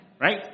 Right